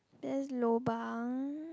that's lobang